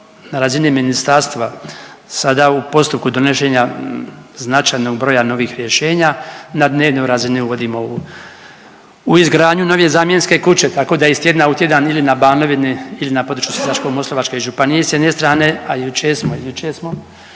na razini ministarstva sada u postupku donošenja značajnog broja novih rješenja na dnevnoj razini uvodimo u izgradnju novije zamjenske kuće. Tako da iz tjedna u tjedan ili na Banovini ili na području Sisačko-moslavačke županije s jedne strane, a jučer smo, jučer smo,